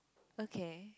okay